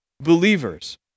believers